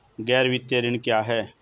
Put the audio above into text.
गैर वित्तीय ऋण क्या है?